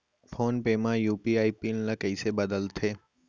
Phone पे म UPI pin ल कइसे बदलथे?